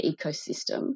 ecosystem